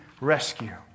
rescue